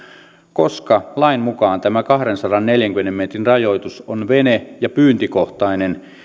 koska lain mukaan tämä kahdensadanneljänkymmenen metrin rajoitus on vene ja pyyntikohtainen